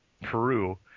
Peru